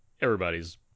everybody's